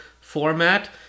format